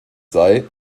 sei